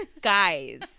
guys